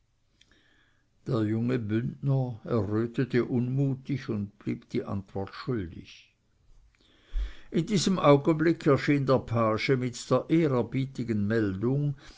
der junge bündner errötete unmutig und blieb die antwort schuldig in diesem augenblicke erschien der page mit der ehrerbietigen meldung